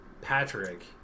Patrick